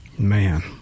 Man